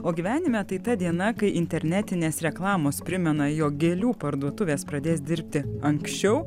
o gyvenime tai ta diena kai internetinės reklamos primena jog gėlių parduotuvės pradės dirbti anksčiau